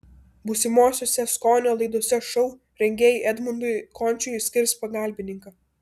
būsimosiose skonio laidose šou rengėjai edmundui končiui skirs pagalbininką